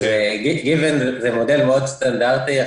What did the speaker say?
זה מודל מאוד סטנדרטי.